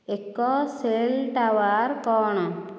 ଏକ cell tower କଣ